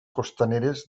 costaneres